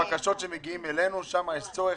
ובקשות שמגיעות אלינו, שם יש צורך.